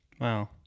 Wow